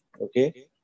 Okay